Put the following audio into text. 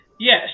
Yes